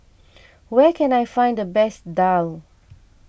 where can I find the best Daal